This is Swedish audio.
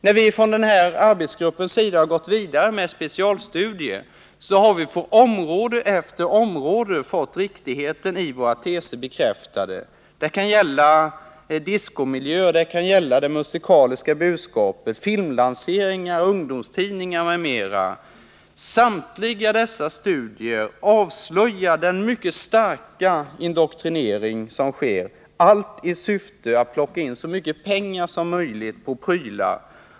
När vi från arbetsgruppens sida har gått vidare med en specialstudie, har vi på område efter område fått riktigheten i våra teser bekräftad. Det kan gälla diskomiljö, det musikaliska budskapet, filmlanseringar, ungdomstidningar osv. Samtliga dessa studier avslöjar den mycket starka indoktrinering som sker, allt i syfte att plocka in så mycket pengar som möjligt på prylar.